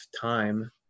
time